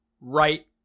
right